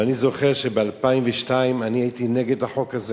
ואני זוכר שב-2002 אני הייתי נגד החוק הזה